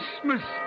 Christmas